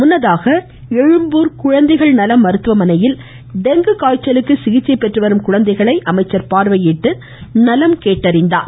முன்னதாக எழும்பூர் குழந்தைகள்நல மருத்துவமனையில் டெங்கு காய்ச்சலுக்கு சிகிச்சை பெற்றுவரும் குழந்தைகளை அமைச்சர் பார்வையிட்டு நலம் கேட்டறிந்தார்